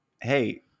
Hey